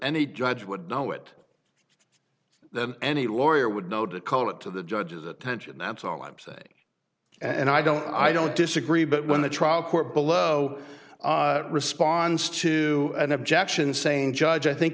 any judge would know it any lawyer would know to call it to the judge's attention that's all i'm saying and i don't i don't disagree but when the trial court below response to an objection saying judge i think